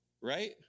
right